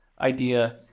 idea